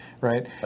Right